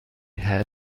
had